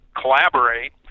collaborate